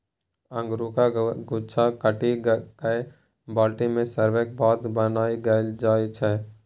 अंगुरक गुच्छा काटि कए बाल्टी मे सराबैक बाद बाइन बनाएल जाइ छै